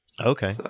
Okay